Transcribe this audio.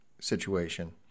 situation